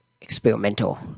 experimental